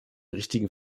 richtigen